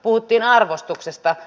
puhuttiin arvostuksesta